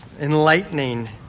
enlightening